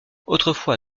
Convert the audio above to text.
autrefois